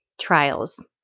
trials